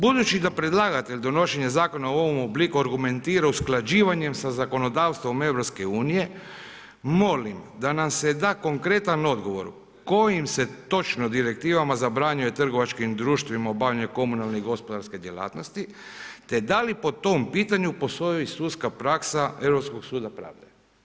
Budući da predlagatelj donošenje zakona u ovom obliku argumentira usklađivanjem sa zakonodavstvom EU, molim da nam se da konkretan odgovor kojim se točno direktivama zabranjuje trgovačkim društvima obavljanje komunalne i gospodarske djelatnosti, te da li po tom pitanju postoji i sudska praksa Europskog suda pravde.